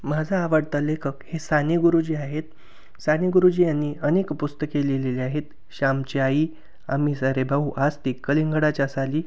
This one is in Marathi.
माझा आवडता लेखक हे साने गुरुजी आहेत साने गुरुजी यांनी अनेक पुस्तके लिहिलेली आहेत श्यामची आई आम्ही सारे भाऊ आज ती कलिंगडाच्या साली